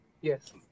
Yes